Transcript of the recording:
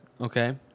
Okay